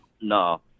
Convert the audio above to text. No